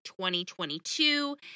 2022